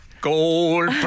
Gold